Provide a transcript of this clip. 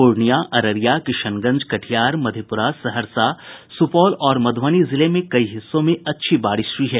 पूर्णियां अररिया किशनगंज कटिहार मधेपुरा सहरसा सुपौल और मधुबनी जिले के कई हिस्सों में अच्छी बारिश हुई है